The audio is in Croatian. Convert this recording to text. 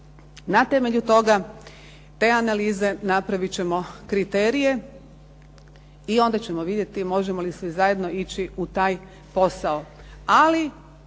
Na temelju toga, te analize napravit ćemo kriterije i onda ćemo vidjeti možemo li svi zajedno ići u taj posao.